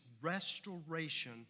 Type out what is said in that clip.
restoration